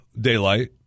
daylight